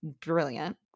brilliant